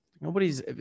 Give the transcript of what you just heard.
Nobody's